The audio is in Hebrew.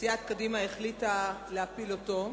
סיעת קדימה החליטה להפיל אותו.